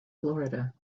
florida